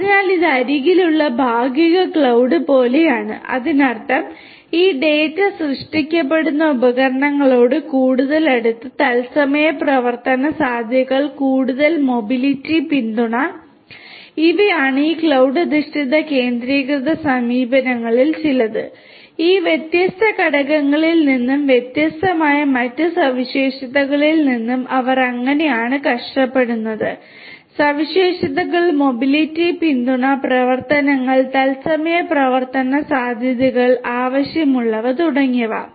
അതിനാൽ ഇത് അരികിലുള്ള ഭാഗിക ക്ലൌഡ് പോലെയാണ് ഇതിനർത്ഥം ഈ ഡാറ്റ സൃഷ്ടിക്കപ്പെടുന്ന ഉപകരണങ്ങളോട് കൂടുതൽ അടുത്ത് തത്സമയ പ്രവർത്തന സാധ്യതകൾ കൂടുതൽ മൊബിലിറ്റി പിന്തുണ ഇവയാണ് ഈ ക്ലൌഡ് അധിഷ്ഠിത കേന്ദ്രീകൃത സമീപനങ്ങളിൽ ചിലത് ഈ വ്യത്യസ്ത ഘടകങ്ങളിൽ നിന്നും വ്യത്യസ്തമായ മറ്റ് സവിശേഷതകളിൽ നിന്നും അവർ എങ്ങനെയാണ് കഷ്ടപ്പെടുന്നത് സവിശേഷതകൾ മൊബിലിറ്റി പിന്തുണ പ്രവർത്തനങ്ങൾ തത്സമയ പ്രവർത്തന സാധ്യതകൾ ആവശ്യമുള്ളവ തുടങ്ങിയവ